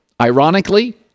Ironically